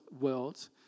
world